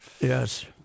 Yes